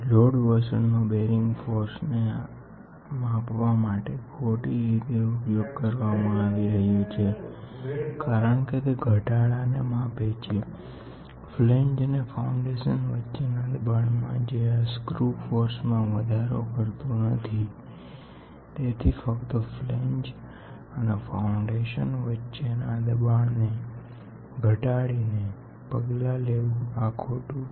load વોશરનો bearing ફોર્સને માપવા માટે ખોટી રીતે ઉપયોગ કરવામાં આવી રહ્યો છે કારણ કે તે ફ્લેંજ અને ફાઉન્ડેશન વચ્ચેના દબાણના ઘટાડાને માપે છેનહિ કે સ્ક્રુ ફોર્સમાં થતો વધારો તેથી ફક્ત ફ્લેંજ અને ફાઉન્ડેશન વચ્ચેના દબાણને ઘટાડીને પગલાં લેવું આ ખોટું છે